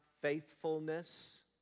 faithfulness